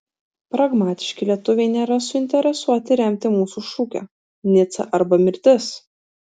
pragmatiški lietuviai nėra suinteresuoti remti mūsų šūkio nica arba mirtis